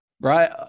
Right